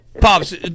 Pops